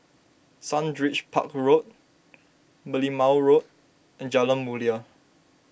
Sundridge Park Road Merlimau Road and Jalan Mulia